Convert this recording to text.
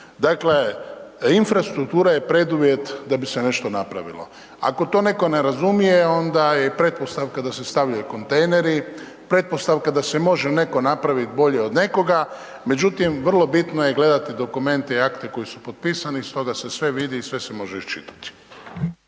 Dakle, infrastruktura je preduvjet da bi se nešto napravilo, ako to neko ne razumije onda je pretpostavka da se stavljaju kontejneri, pretpostavka da se može neko napravit bolje od nekoga, međutim vrlo bitno je gledati dokumente i akte koji su potpisani iz toga se sve vidi i sve se može iščitati.